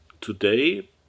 Today